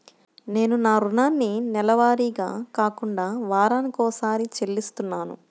నేను నా రుణాన్ని నెలవారీగా కాకుండా వారానికోసారి చెల్లిస్తున్నాను